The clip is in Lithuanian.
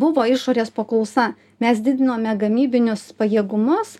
buvo išorės paklausa mes didinome gamybinius pajėgumus